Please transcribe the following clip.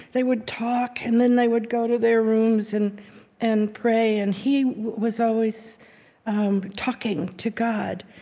they would talk, and then they would go to their rooms and and pray. and he was always um talking to god.